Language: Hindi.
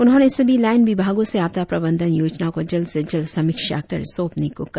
उन्होंने सभी लाईन विभागों से आपदा प्रबंधन योजना को जल्द से जल्द समीक्षा कर सौंपने को कहा